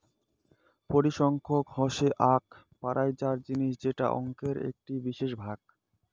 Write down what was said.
পরিসংখ্যান হসে আক পড়াইয়ার জিনিস যেটা অংকের একটি বিশেষ ভাগ